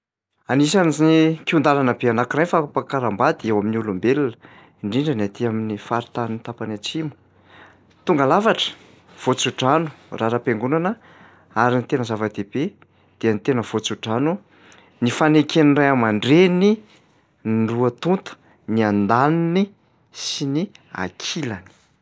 Anisan'z- ny kihon-dàlana be anankiray ny fampakaram-bady eo amin'ny olombelona indrindra ny aty amin'ny faritany tapany atsimo. Tonga lafatra: voatsodrano raha ara-piangonana ary ny tena zavadehibe dia ny tena voatsodrano, ny faneken'ny ray aman-dreny ny roa tonta, ny andaniny sy ankilany.